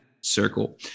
circle